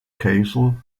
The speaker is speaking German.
castle